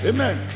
Amen